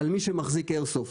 על מי שמחזיק איירסופט.